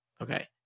Okay